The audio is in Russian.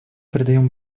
придаем